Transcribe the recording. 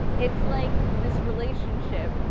it's like. this relationship.